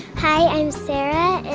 hi. i'm sarah,